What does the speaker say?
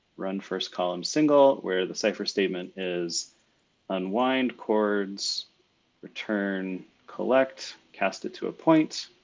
run first column single where the cipher statement is unwind cords return collect, cast it to a point.